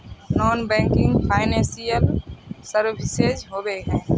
Non banking financial services होबे है?